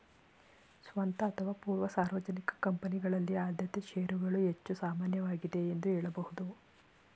ಸ್ವಂತ ಅಥವಾ ಪೂರ್ವ ಸಾರ್ವಜನಿಕ ಕಂಪನಿಗಳಲ್ಲಿ ಆದ್ಯತೆ ಶೇರುಗಳು ಹೆಚ್ಚು ಸಾಮಾನ್ಯವಾಗಿದೆ ಎಂದು ಹೇಳಬಹುದು